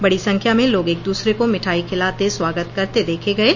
बड़ी संख्या में लोग एक दूसरे को मिठाई खिलाते स्वागत करते देखे गये